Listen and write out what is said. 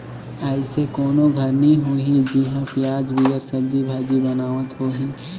अइसे कोनो घर नी होही जिहां पियाज बिगर सब्जी भाजी बनावत होहीं